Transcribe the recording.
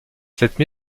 cette